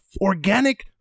organic